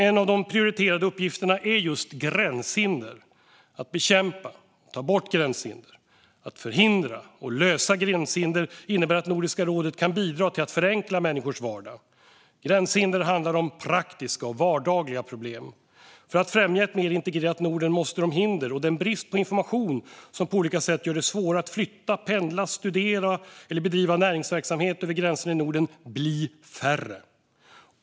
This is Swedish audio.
En av de prioriterade uppgifterna är just gränshinder, att bekämpa och ta bort gränshinder. Att förhindra och lösa gränshinder innebär att Nordiska rådet kan bidra till att förenkla människors vardag. Gränshinder handlar om praktiska och vardagliga problem. För att främja ett mer integrerat Norden måste de hinder och den brist på information som på olika sätt gör det svårare att flytta, pendla, studera eller bedriva näringsverksamhet över gränserna i Norden bli färre.